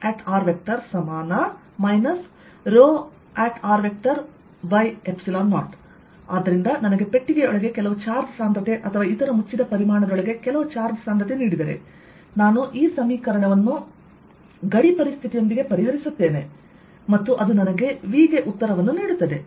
2Vr ρ0 ಆದ್ದರಿಂದ ನನಗೆ ಪೆಟ್ಟಿಗೆಯೊಳಗೆ ಕೆಲವು ಚಾರ್ಜ್ ಸಾಂದ್ರತೆ ಅಥವಾ ಇತರ ಮುಚ್ಚಿದ ಪರಿಮಾಣದೊಳಗೆ ಕೆಲವು ಚಾರ್ಜ್ ಸಾಂದ್ರತೆ ನೀಡಿದರೆ ನಾನು ಈ ಸಮೀಕರಣವನ್ನು ಗಡಿಸ್ಥಿತಿಯೊಂದಿಗೆ ಪರಿಹರಿಸುತ್ತೇನೆ ಮತ್ತು ಅದು ನನಗೆ V ಗೆ ಉತ್ತರವನ್ನು ನೀಡುತ್ತದೆ